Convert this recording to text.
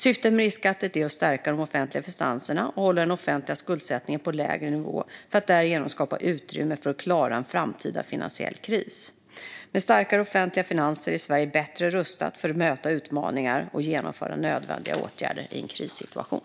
Syftet med riskskatten är att stärka de offentliga finanserna och hålla den offentliga skuldsättningen på en lägre nivå för att därigenom skapa utrymme för att klara en framtida finansiell kris. Med starkare offentliga finanser är Sverige bättre rustat för att möta utmaningar och genomföra nödvändiga åtgärder i en krissituation.